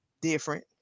different